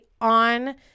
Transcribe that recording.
on